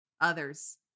others